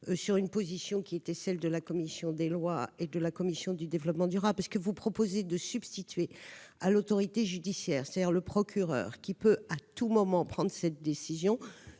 sur une position qui était celle de la commission des lois et de la commission du développement durable. Vous proposez de substituer à l'autorité judiciaire, c'est-à-dire le procureur qui peut à tout moment prendre cette décision,